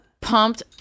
Pumped